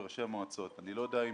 ראשי המועצות אני לא יודע אם